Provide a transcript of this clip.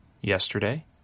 yesterday